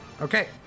Okay